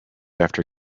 after